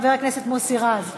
חבר הכנסת מוסי רז,